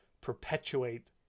perpetuate